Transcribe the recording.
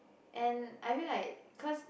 and I feel like cause